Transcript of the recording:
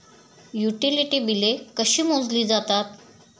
Utility बिले कशी मोजली जातात?